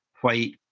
white